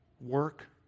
work